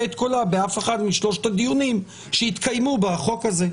את קולה באף אחד משלושת הדיונים שהתקיימו בחוק הזה?